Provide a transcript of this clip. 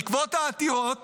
בעקבות העתירות